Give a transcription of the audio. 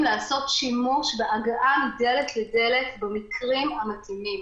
לעשות שימוש בהגעה מדלת לדלת במקרים המתאימים.